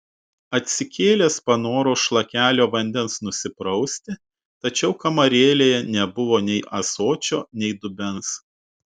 atsikėlęs panoro šlakelio vandens nusiprausti tačiau kamarėlėje nebuvo nei ąsočio nei dubens